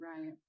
Right